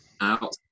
Out